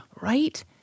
Right